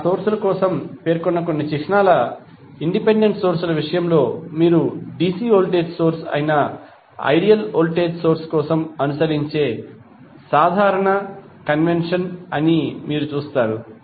ఆ సోర్స్ ల కోసం పేర్కొన్న కొన్ని చిహ్నాలు ఇండిపెండెంట్ సోర్స్ ల విషయంలో మీరు dc వోల్టేజ్ సోర్స్ అయిన ఐడియల్ వోల్టేజ్ సోర్స్ కోసం అనుసరించే సాధారణ కన్వెన్షన్ అని మీరు చూస్తారు